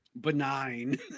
benign